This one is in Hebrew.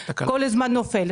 כל הזמן נופל,